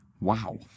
Wow